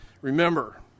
Remember